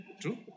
True